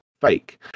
fake